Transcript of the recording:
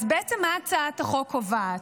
אז בעצם מה הצעת החוק קובעת?